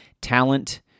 talent